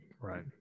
Right